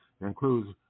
includes